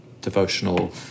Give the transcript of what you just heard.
devotional